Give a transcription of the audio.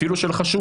אפילו של החשוד.